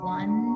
one